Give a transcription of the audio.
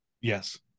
Yes